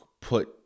put